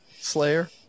Slayer